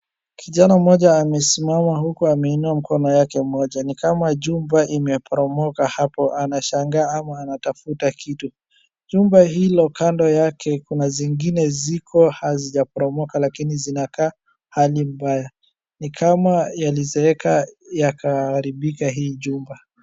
Kijana mmoja amesimama huku ameinua mkono yake moja. Ni kama jumba imeporomoka hapo, anashanga ama anatafuta kitu. Jumba hilo kando yake kuna zingine ziko hazijaporomoka lakini zinakaa hali mbaya. Ni kama yalizeeka yakaharibika hii jumba.